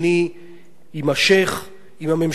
עם הממשלה הזאת ועם מי שעומד בראשה,